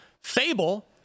Fable